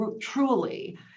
truly